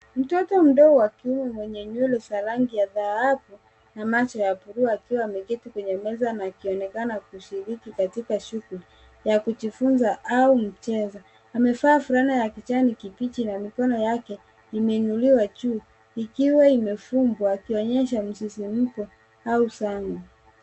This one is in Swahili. Mtoto mdogo wa kiume mwenye nywele za rangi ya dhahabu na macho ya blue akiwa ameketi kwenye meza akionekania kushiriki katika shughuli ya kujifunza au kucheza amevaa fremu ya rangi kibichi na mikono yake imeeinuliwa juu ikiwa imefumbwa ikionyesha msisimko au sangu.